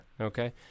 Okay